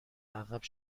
عقب